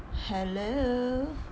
hello